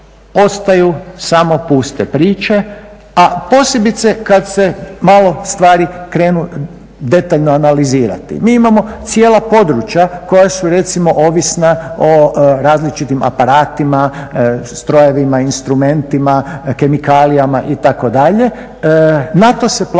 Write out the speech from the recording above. ostaju samo puste priče, a posebice kad se malo stvari krenu detaljno analizirati. Mi imamo cijela područja koja su recimo ovisna o različitim aparatima, strojevima, instrumentima, kemikalijama itd., na to se plaća